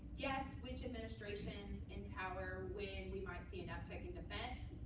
yes, switch administrations in power when we might see an uptick in defense,